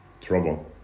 Trouble